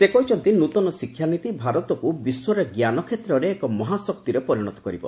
ସେ କହିଛନ୍ତି ନୂଆ ଶିକ୍ଷାନୀତି ଭାରତକୁ ବିଶ୍ୱରେ ଜ୍ଞାନ କ୍ଷେତ୍ରରେ ଏକ ମହାଶକ୍ତିରେ ପରିଣତ କରିବ